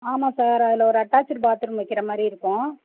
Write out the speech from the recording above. ஆமாம் சார் அதில் ஒரு அட்டேச்டு பாத்ரூம் வைக்கிற மாதிரி இருக்கும்